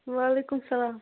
وعلیکُم سلام